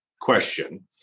question